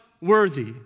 worthy